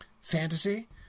fantasy—